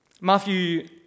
Matthew